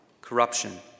corruption